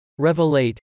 Revelate